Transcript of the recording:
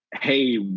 hey